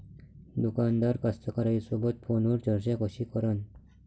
दुकानदार कास्तकाराइसोबत फोनवर चर्चा कशी करन?